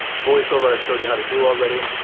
voiceover, i showed you how to do already.